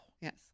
yes